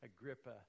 Agrippa